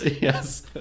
Yes